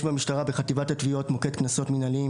יש במשטרה בחטיבת התביעות מוקד קנסות מינהליים